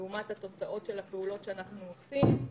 אל מול התוצאות של הפעולות שאנחנו עושים.